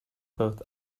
both